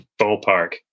ballpark